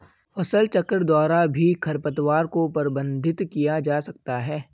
फसलचक्र द्वारा भी खरपतवार को प्रबंधित किया जा सकता है